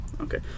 Okay